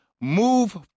Move